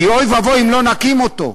כי אוי ואבוי אם לא נקים אותו.